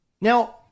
Now